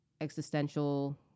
existential